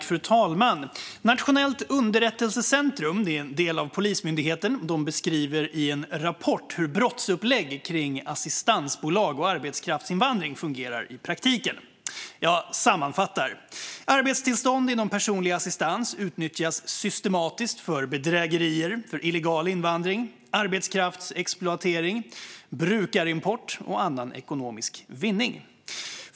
Fru talman! Nationellt underrättelsecentrum är en del av Polismyndigheten. De beskriver i en rapport hur brottsupplägg kring assistansbolag och arbetskraftsinvandring fungerar i praktiken. Jag sammanfattar: Arbetstillstånd inom personlig assistans utnyttjas systematiskt för bedrägerier, illegal invandring, arbetskraftsexploatering, brukarimport och annan ekonomisk vinning.